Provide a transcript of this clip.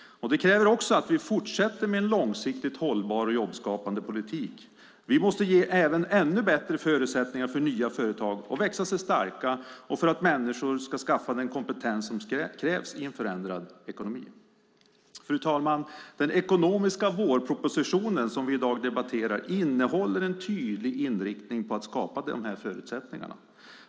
Det kräver också att vi fortsätter med en långsiktigt hållbar och jobbskapande politik. Vi måste ge ännu bättre förutsättningar för nya företag att växa sig starka och för människor att skaffa den kompetens som krävs i en förändrad ekonomi. Fru talman! Den ekonomiska vårpropositionen som vi i dag debatterar innehåller en tydlig inriktning på att skapa dessa förutsättningar.